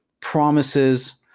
promises